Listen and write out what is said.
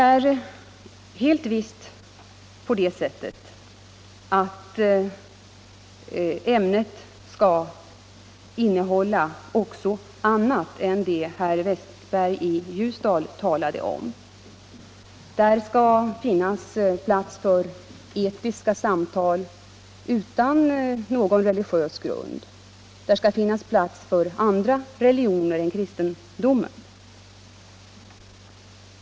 Ämnet skall helt visst innehålla också annat än det som herr Westberg i Ljusdal talade om. Där skall finnas plats för etiska samtal utan någon religiös grund och även för andra religioner än kristendomen.